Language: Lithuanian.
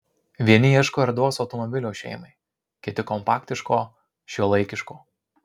vieni ieško erdvaus automobilio šeimai kiti kompaktiško šiuolaikiško